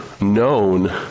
known